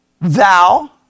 Thou